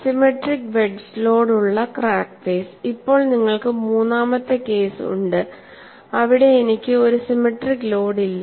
asymmetric wedge load ഉള്ള crack face ഇപ്പോൾ നിങ്ങൾക്ക് മൂന്നാമത്തെ കേസ് ഉണ്ട് അവിടെ എനിക്ക് ഒരു സിമെട്രിക് ലോഡ് ഇല്ല